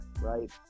right